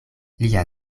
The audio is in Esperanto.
lia